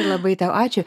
ir labai tau ačiū